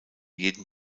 jeden